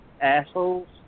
assholes